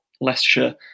Leicestershire